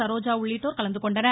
சரோஜா உள்ளிட்டோர் கலந்துகொண்டனர்